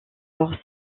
leur